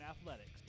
Athletics